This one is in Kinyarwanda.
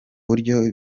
buryo